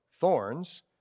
thorns